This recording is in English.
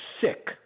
sick